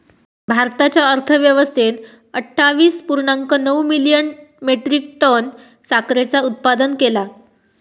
भारताच्या अर्थव्यवस्थेन अट्ठावीस पुर्णांक नऊ मिलियन मेट्रीक टन साखरेचा उत्पादन केला